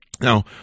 Now